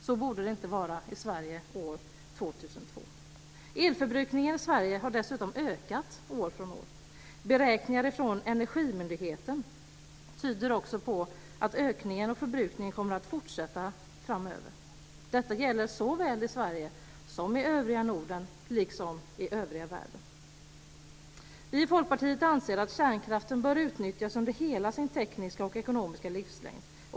Så borde det inte vara i Sverige år Elförbrukningen i Sverige har dessutom ökat år från år. Beräkningar från Energimyndigheten tyder också på att ökningen av förbrukningen kommer att fortsätta framöver. Detta gäller såväl i Sverige som i övriga Norden, liksom i övriga världen. Vi i Folkpartiet anser att kärnkraften bör utnyttjas under hela sin tekniska och ekonomiska livslängd.